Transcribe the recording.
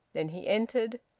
then he entered,